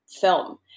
film